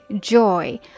joy